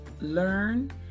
learn